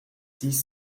six